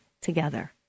together